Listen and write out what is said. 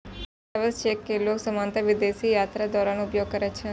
travellers cheque कें लोग सामान्यतः विदेश यात्राक दौरान उपयोग करै छै